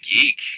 Geek